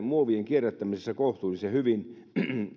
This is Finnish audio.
muovien kierrättämisessä kohtuullisen hyvin